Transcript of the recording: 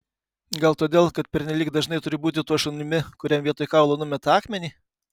gal todėl kad pernelyg dažnai turiu būti tuo šunimi kuriam vietoj kaulo numeta akmenį